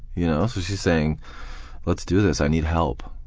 you know so she's saying let's do this, i need help.